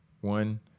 one